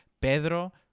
Pedro